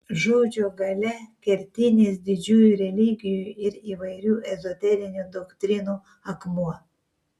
žodžio galia kertinis didžiųjų religijų ir įvairių ezoterinių doktrinų akmuo